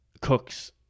cooks